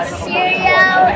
cereal